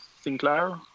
Sinclair